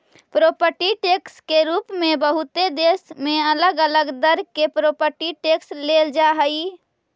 property tax के रूप में बहुते देश में अलग अलग दर से प्रॉपर्टी टैक्स लेल जा हई